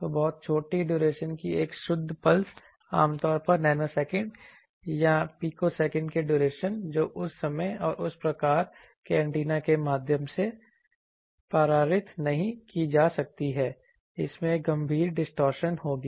तो बहुत छोटी ड्यूरेशन की एक शुद्ध पल्स आमतौर पर नैनोसेकंड या पिकोसेकंड की ड्यूरेशन जो उस समय और उस प्रकार के एंटीना के माध्यम से पारित नहीं की जा सकती है इसमें गंभीर डिस्टॉर्शन होगी